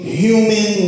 human